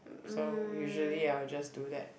so usually I will just do that